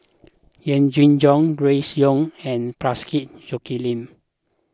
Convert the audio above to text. Yee Jenn Jong Grace Young and Parsick Joaquim